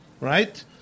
Right